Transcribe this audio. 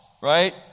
right